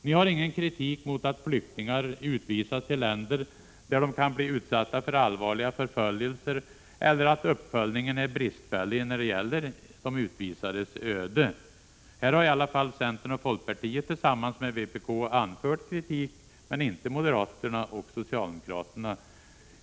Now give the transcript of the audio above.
Ni har ingen kritik mot att flyktingar utvisas till länder där de kan bli utsatta för allvarliga förföljelser eller mot att uppföljningen är bristfällig när det gäller de utvisades öde. Här har i alla fall centern och folkpartiet tillsammans med vpk anfört kritik, men inte socialdemokraterna och moderaterna.